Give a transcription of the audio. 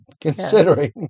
considering